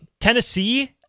Tennessee